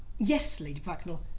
yes, lady bracknell.